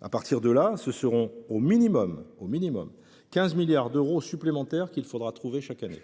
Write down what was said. À partir de là, ce seront au minimum 15 milliards d’euros supplémentaires qu’il faudra trouver chaque année.